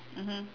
mmhmm